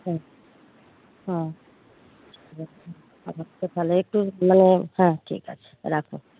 হুম হুম হুম আচ্ছা তাহলে একটু মানে হ্যাঁ ঠিক আছে রাখুন